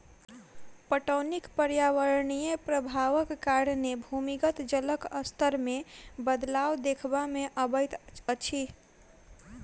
पटौनीक पर्यावरणीय प्रभावक कारणें भूमिगत जलक स्तर मे बदलाव देखबा मे अबैत अछि